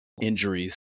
injuries